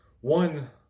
one